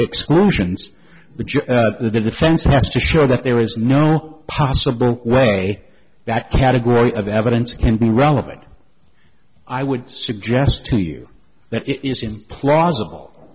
explosions the defense has to show that there is no possible way that category of evidence can be relevant i would suggest to you that it is implausible